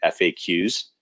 FAQs